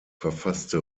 verfasste